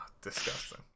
disgusting